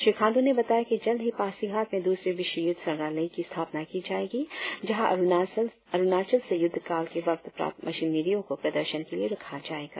श्री खांडू ने बताया कि जल्द ही पासीघाट में दूसरी विश्वयुद्ध संग्रहालय की स्थापना कि जाएगी जहां अरुणाचल से युद्ध काल के वक्त प्राप्त मशीनरियों को प्रदर्शन के लिए रखा जाएगा